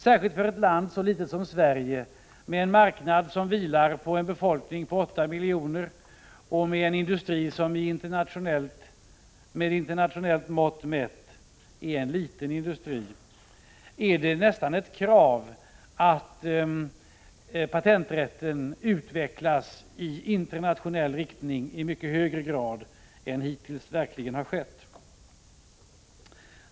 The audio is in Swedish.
Särskilt för ett land så litet som Sverige, med en marknad som vilar på en befolkning på 8 miljoner människor, och med en industri som med internationellt mått mätt är en liten industri är det nästan ett krav att patenträtten utvecklas i internationell riktning i mycket högre grad än vad som hittills verkligen har skett.